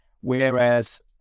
Whereas